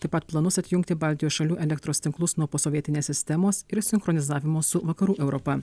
taip pat planus atjungti baltijos šalių elektros tinklus nuo posovietinės sistemos ir sinchronizavimo su vakarų europa